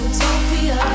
Utopia